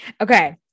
Okay